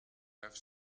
have